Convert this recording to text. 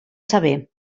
saber